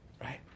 Right